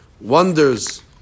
wonders